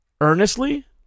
earnestly